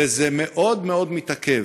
וזה מאוד מאוד מתעכב.